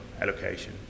allocation